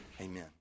Amen